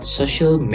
social